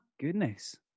goodness